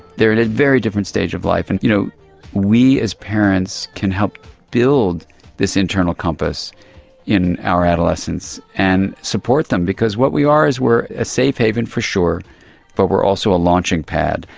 they are at a very different stage of life. and you know we as parents can help build this internal compass in our adolescents and support them because what we are is a safe haven for sure but we are also a launching pad.